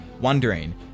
wondering